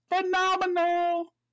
phenomenal